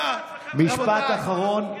איזה גיבוי מקיר לקיר, חבר